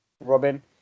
Robin